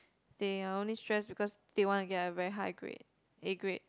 they are only stressed because they want to get a very high grade A grade